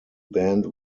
band